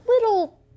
little